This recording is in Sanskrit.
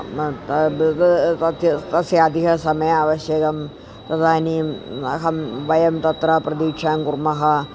तद् तस्य तस्य अधिकः समयः आवश्यकं तदानीम् अहं वयं तत्र प्रतिक्षां कुर्मः